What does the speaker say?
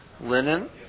linen